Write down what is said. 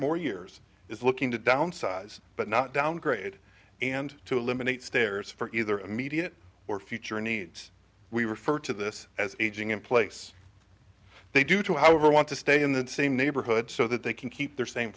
more years is looking to downsize but not downgrade and to eliminate stairs for either immediate or future needs we refer to this as aging in place they do to however want to stay in the same neighborhood so that they can keep their same